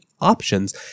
options